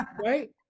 right